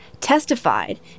testified